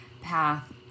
path